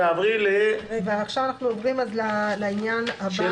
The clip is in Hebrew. אנחנו עוברים לעניין הזה.